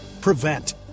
Prevent